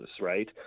right